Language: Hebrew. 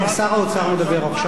ואחר כך,